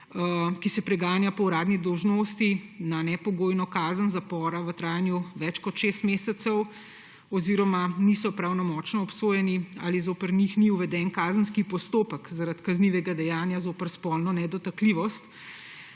ki se preganja po uradni dolžnosti, na nepogojno kazen zapora v trajanju več kot šest mesecev oziroma niso pravnomočno obsojeni ali zoper njih ni uveden kazenski postopek zaradi kaznivega dejanja zoper spolno nedotakljivost,